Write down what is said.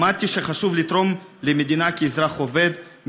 למדתי שחשוב לתרום למדינה כאזרח עובד,